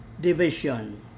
division